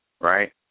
Right